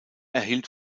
erhielt